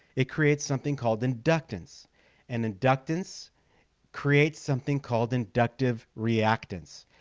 it creates something called inductance an inductance creates something called inductive reactance,